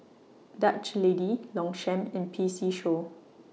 Dutch Lady Longchamp and P C Show